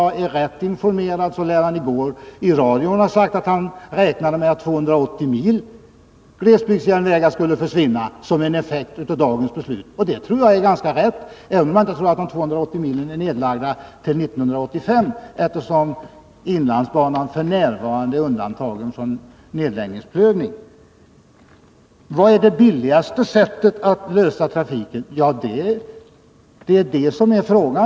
Men om jag är rätt informerad lär han i går i radion ha sagt att han räknade med att 280 mil glesbygdsjärnvägar skulle försvinna som en effekt av dagens beslut. Den beräkningen är nog ganska riktig, även om jag inte tror att de 280 milen är nedlagda till 1985, eftersom inlandsbanan f. n. är undantagen från nedläggningsprövning. Vilket är det billigaste sättet att lösa trafiken på? undrade Rolf Clarkson. Ja, det är det som är frågan.